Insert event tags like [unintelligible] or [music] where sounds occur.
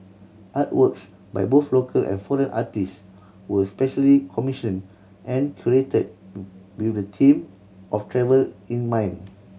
artworks by both local and foreign artists were specially commissioned and curated [unintelligible] with the theme of travel in mind